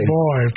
boy